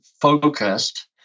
focused